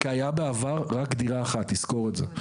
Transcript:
כי היה בעבר רק דירה אחת, תזכור את זה.